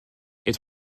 est